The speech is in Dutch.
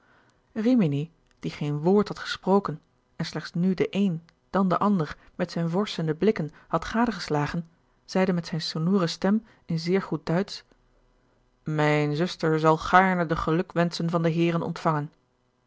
rimini die geen woord had gesproken en slechts nu den een dan den ander met zijne vorschende blikken had gadegeslagen zeide met zijne sonore stem in zeer goed duitsch mijne zuster zal gaarne de gelukwenschen van de heeren ontvangen